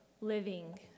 living